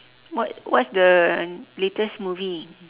what what's the latest movie